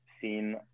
seen